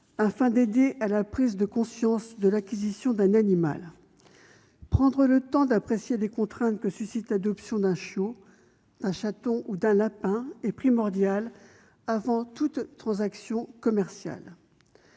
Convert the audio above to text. afin d'aider à la prise de conscience de ce qu'elle entraîne pour l'acheteur. Prendre le temps d'apprécier les contraintes que suscite l'adoption d'un chiot, d'un chaton ou d'un lapin est primordial avant toute transaction commerciale.